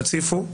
תציפו,